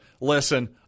listen